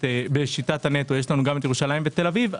בשיטת הנטו יש גם את ירושלים ותל אביב,